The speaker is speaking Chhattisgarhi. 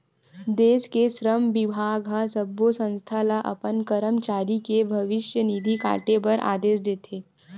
देस के श्रम बिभाग ह सब्बो संस्था ल अपन करमचारी के भविस्य निधि काटे बर आदेस देथे